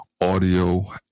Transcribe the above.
audio